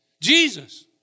Jesus